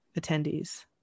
attendees